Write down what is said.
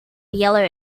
yellow